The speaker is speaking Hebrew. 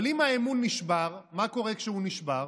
אבל אם האמון נשבר, מה קורה כשהוא נשבר?